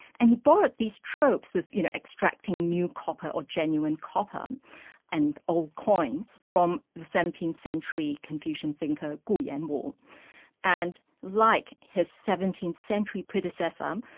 and he borrowed these tropes of you know extracting new copper or genuine copper um and old coins, from the seventeenth century confucian thinker, gu yanwu and like his seventeenth century predecessor, um